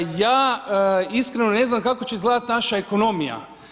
Ja iskreno ne znam kako će izgledati naša ekonomija.